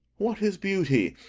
what is beauty,